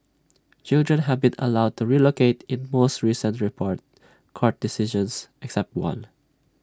children have been allowed to relocate in most recent reported court decisions except one